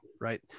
right